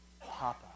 Papa